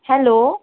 hello